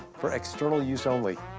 for external use only.